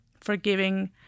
forgiving